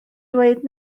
dweud